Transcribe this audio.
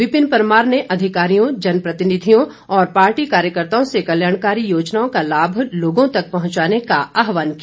विपिन परमार ने अधिकारियों जन प्रतिनिधियों और पार्टी कार्यकर्ताओं से कल्याणकारी योजनाओं का लाभ लोगों तक पहुंचाने का आह्वान किया